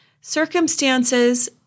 Circumstances